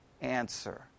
answer